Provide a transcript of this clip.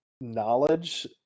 knowledge